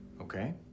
Okay